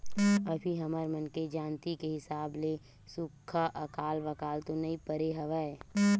अभी हमर मन के जानती के हिसाब ले सुक्खा अकाल वकाल तो नइ परे हवय